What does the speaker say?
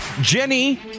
Jenny